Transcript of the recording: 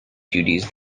duties